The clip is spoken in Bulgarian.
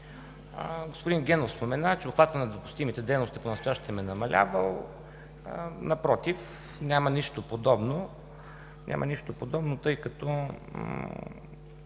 Господин Генов спомена, че обхватът на допустимите дейности понастоящем е намалявал. Напротив, няма нищо подобно, тъй като